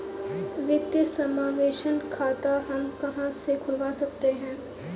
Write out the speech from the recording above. वित्तीय समावेशन खाता हम कहां से खुलवा सकते हैं?